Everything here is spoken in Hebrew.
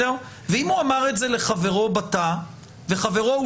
ואם הוא אמר את זה לחברו בתא וחברו הוא